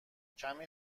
کمی